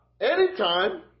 anytime